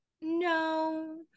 no